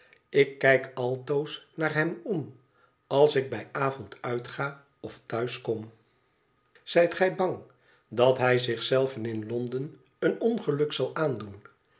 ik kijk altoos naar hem om als ik bij avond uitga of thuis kom zijt gij bang dat hij zich zei ven in londen een ongeluk zal aandoen